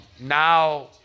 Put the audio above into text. Now